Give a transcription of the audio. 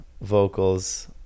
vocals